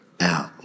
out